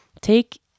take